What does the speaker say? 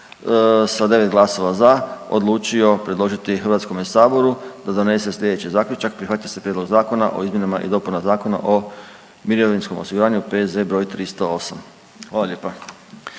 sa 9 glasova za odlučio predložiti HS da donosi slijedeći zaključak: Prihvaća se prijedlog zakona o izmjenama i dopunama Zakona o mirovinskom osiguranju, P.Z. br. 308., hvala lijepa.